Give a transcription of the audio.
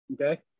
Okay